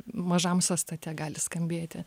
mažam sastate gali skambėti